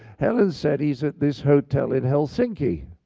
helen said, he's at this hotel in helsinki.